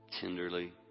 tenderly